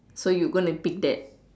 so you gonna pick that